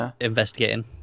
investigating